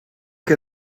que